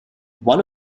one